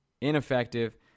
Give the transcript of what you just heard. ineffective